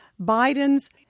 Biden's